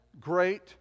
great